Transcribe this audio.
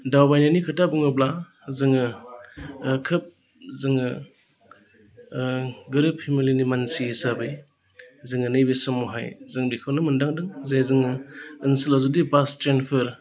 दावबायनायनि खोथा बुङोब्ला जोङो खोब जोङो गोरिब फेमिलिनि मानसि हिसाबै जोङो नैबे समावहाय जों बेखौनो मोनदांदों जे जोङो ओनसोलाव जुदि बास ट्रेनफोर